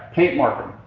paint mark them.